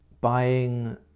Buying